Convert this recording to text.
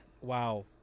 wow